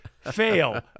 fail